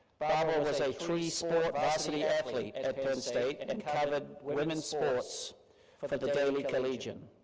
barbara was a so three sport varsity athlete at penn state and and covered women's sports for but the daily collegian.